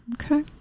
Okay